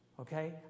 Okay